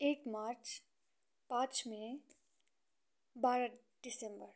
एक मार्च पाँच मे बाह्र डिसम्बर